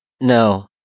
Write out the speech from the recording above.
No